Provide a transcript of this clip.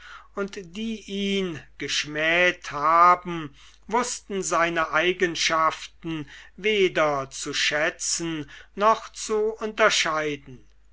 und die ihn geschmäht haben wußten seine eigenschaften weder zu schätzen noch zu unterscheiden